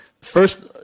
first